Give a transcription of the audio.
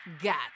got